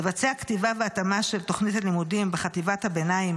לבצע כתיבה והתאמה של תוכנית הלימודים בחטיבת הביניים